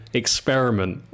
experiment